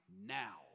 now